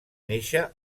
néixer